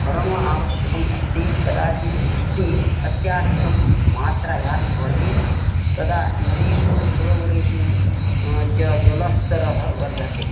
परमावश्यकम् अस्ति कदाचित् वृष्टिः अत्याधिकं मात्रायां भवति तदा नदीषु सरोवरेषु च जलस्तरः वर्धते